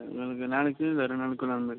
எனக்கு நாளைக்கு இல்லை ரெண்டு நாளுக்குள்ளே அந்த மாதிரி